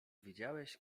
widziałeś